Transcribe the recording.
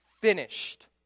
finished